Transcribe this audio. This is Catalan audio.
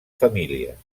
famílies